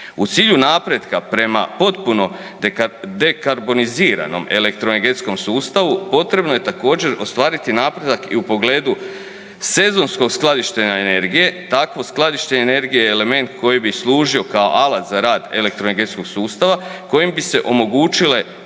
U cilju napretka prema potpuno dekarboniziranom elektroenergetskom sustavu potrebno je također ostvariti napredak i u pogledu sezonskog skladištenja energije. Takvo skladištenje energije je element koji bi služio kao alat za rad elektroenergetskog sustava kojim bi se omogućile